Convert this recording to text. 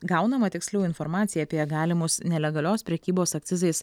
gaunama tiksliau informacija apie galimus nelegalios prekybos akcizais